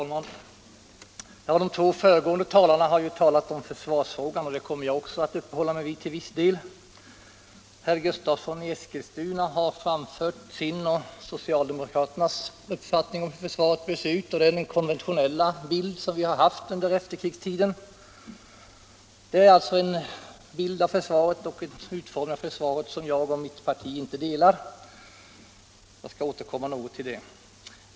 Herr talman! De två föregående talarna har talat om försvarsfrågan. Den kommer också jag att uppehålla mig vid till viss del. Herr Gustavsson i Eskilstuna har framfört sin och socialdemokraternas uppfattning om hur försvaret bör se ut. Det är den konventionella bild som vi har haft under efterkrigstiden. Det är alltså en uppfattning om hur försvaret skall utformas som jag och mitt parti inte delar — jag skall återkomma till det senare.